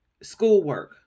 schoolwork